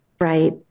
right